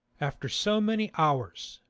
after so many hours,